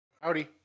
Howdy